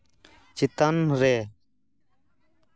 ᱪᱮᱛᱟᱱ ᱨᱮ